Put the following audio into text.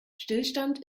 stillstand